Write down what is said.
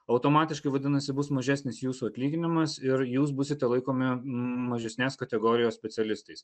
automatiškai vadinasi bus mažesnis jūsų atlyginimas ir jūs būsite laikomi mažesnės kategorijos specialistais